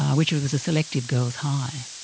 which was was a selective girls' high.